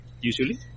usually